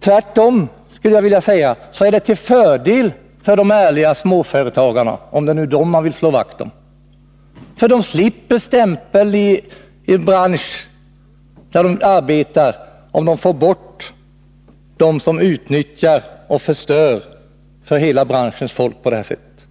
Tvärtom, skulle jag vilja säga, är det till fördel för de ärliga småföretagarna— om det är dem man vill slå vakt om — att de slipper stämpeln i den bransch där de arbetar genom att man får bort dem som utnyttjar möjligheterna och förstör för hela branschens folk på det sätt som nämnts.